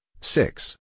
six